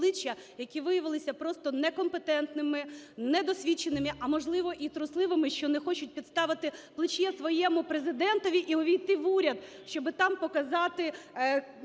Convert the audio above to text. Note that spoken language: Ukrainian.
які виявилися просто некомпетентними, недосвідченими, а, можливо, і трусливими, що не хочуть підставити плече своєму Президентові і увійти в уряд, щоб там показати